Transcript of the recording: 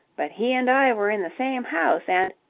but he and i were in the same house, and.